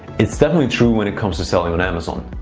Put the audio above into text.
it's definitely true when it comes to selling on amazon.